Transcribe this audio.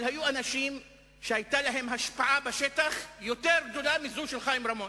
אבל היו אנשים שהיתה להם השפעה בשטח יותר גדולה מזו של חיים רמון.